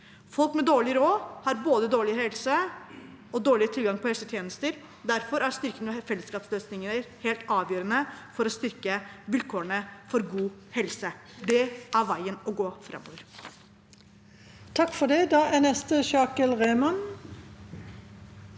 Folk med dårlig råd har både dårlig helse og dårligere tilgang på helsetjenester. Derfor er styrking av fellesskapsløsninger helt avgjørende for å styrke vilkårene for god helse. Det er veien å gå framover.